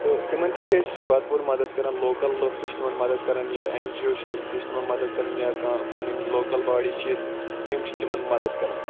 تہٕ تِمَن تہِ چھِ أسۍ بَرپوٗر مَدَد کَران لوکَل لُکھ تہِ چھِ تِمَن مَدَد کَران یا ایٚن جی او چھِ تِم تہِ چھِ تِمَن مَدد کَران یا کانٛہہ پَنٕنۍ لوکَل باڈی چھِ ییٚتہِ تِم چھِ تِمَن مَدَد کَران